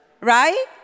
Right